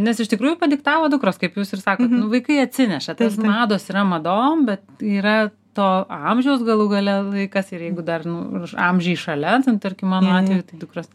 nes iš tikrųjų padiktavo dukros kaip jūs ir sakot vaikai atsineša tos mados yra madom bet yra to amžiaus galų gale laikas ir jeigu dar nu amžiai šalia nu tarkim mano atveju tai dukros